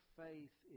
faith